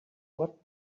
what